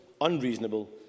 unreasonable